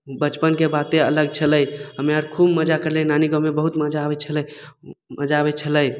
बचपनके बाते अलग छलै हम्मे आर खूब मजा करलियै नानी गाँवमे बहुत मजा आबय छलै मजा आबय छलै